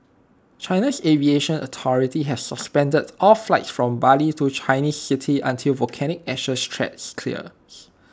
China's aviation authority has suspended all flights from Bali to Chinese cities until volcanic ash threat clears